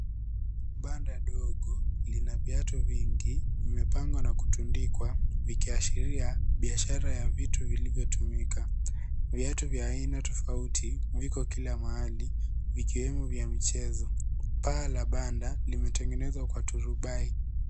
Banda dogo lina viatu vingi, vimepangwa na kutundikwa, vikiashiria biashara ya vitu vilivyotumika. Viatu vya aina tofauti viko kila mahali, vikiwemo vya mchezo. Paa la banda limetengezwa kwa turubai.